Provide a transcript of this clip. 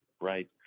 right